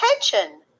attention